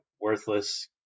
worthless